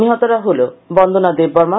নিহতরা হলো বন্দনা দেববর্মা